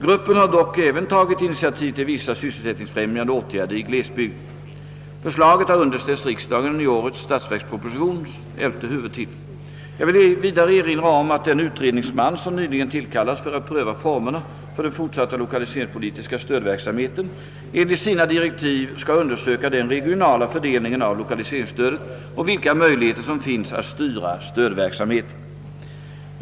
Gruppen har dock även tagit initiativ till vissa sysselsättningsfrämjande åtgärder i glesbygden. Förslaget har underställts riksdagen i årets statsverksproposition, elfte huvudtiteln. Jag vill vidare erinra om att den utredningsman som nyligen tillkallats för att pröva formerna för den fortsatta lokaliseringspolitiska stödverksamheten enligt sina direktiv skall undersöka den regionala fördelningen av lokaliseringsstödet och vilka möjligheter som finns att styra stödverksamheten.